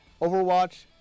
Overwatch